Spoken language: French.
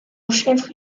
chef